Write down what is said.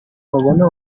babona